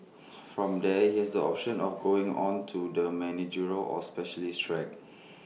from there he has the option of going on to the managerial or specialist track